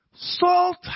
salt